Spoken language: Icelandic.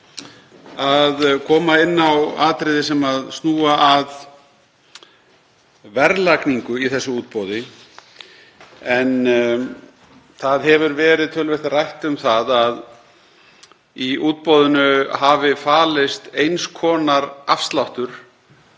að koma inn á atriði sem snúa að verðlagningu í þessu útboði en töluvert hefur verið rætt um það að í útboðinu hafi falist eins konar afsláttur